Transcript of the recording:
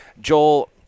Joel